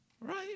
right